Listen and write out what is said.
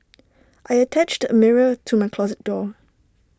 I attached A mirror to my closet door